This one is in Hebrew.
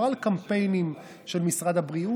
לא על קמפיינים של משרד הבריאות,